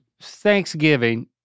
Thanksgiving